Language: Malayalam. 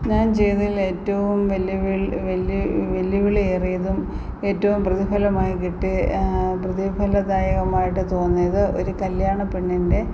ഞാൻ ചെയ്തതിൽ ഏറ്റവും വെല്ലുവിൾ വെല്ല് വെല്ലുവിളി ഏറിയതും ഏറ്റവും പ്രതിഫലമായി കിട്ടി പ്രതിഫലദായകമായിട്ടു തോന്നിയത് ഒരു കല്ല്യാണ പെണ്ണിൻ്റെ